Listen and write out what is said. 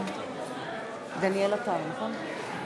(קוראת בשמות חברי הכנסת)